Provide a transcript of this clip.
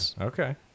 Okay